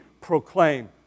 proclaim